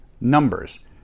Numbers